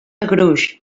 gruix